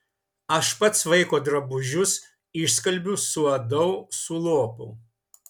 aš pats vaiko drabužius išskalbiu suadau sulopau